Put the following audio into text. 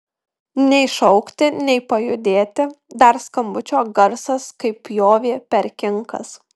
nei šaukti nei pajudėti dar skambučio garsas kaip pjovė per kinkas